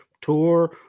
tour